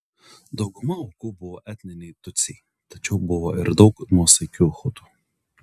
dauguma aukų buvo etniniai tutsiai tačiau buvo ir daug nuosaikių hutų